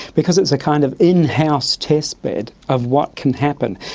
because it's a kind of in-house test bed of what can happen.